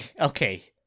okay